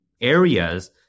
areas